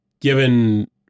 given